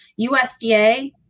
USDA